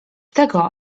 tego